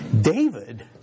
David